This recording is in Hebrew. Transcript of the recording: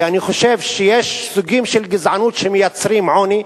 כי אני חושב שיש סוגים של גזענות שמייצרים עוני,